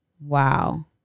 Wow